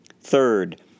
Third